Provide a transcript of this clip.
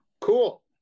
cool